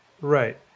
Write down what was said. Right